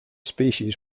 species